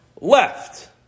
left